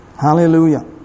hallelujah